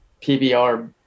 PBR